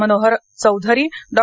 Manohar Chaudhari Dr